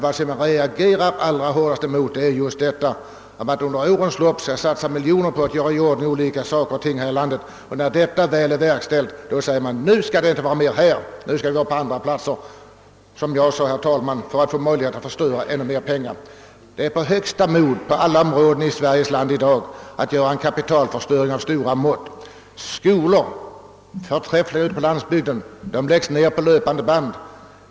Vad jag reagerar allra hårdast mot är att man under årens lopp satsar miljoner på att ställa i ordning platser för olika ändamål och när allt är färdigt säger man: Nu skall vi inte fortsätta här, nu skall vi driva verksamheten på andra platser för att, som jag sade, få möjlighet att förstöra ännu mera pengar. Kapitalförstöring av stora mått är högsta mode på olika håll i Sverige i dag. För träffliga skolor på landsbygden läggs ned på löpande band.